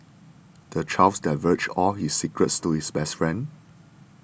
the child divulged all his secrets to his best friend